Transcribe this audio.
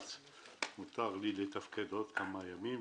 מותר לי לתפקד עוד שלושה ימים,